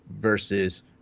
versus